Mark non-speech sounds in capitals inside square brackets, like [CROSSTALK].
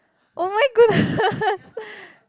oh-my-goodness [LAUGHS]